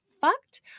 fucked